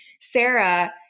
Sarah